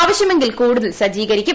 ആവശ്യമെങ്കിൽ കൂടുതൽ സജ്ജീകരിക്കും